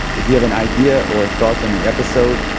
if you have an idea or thoughts on the episode,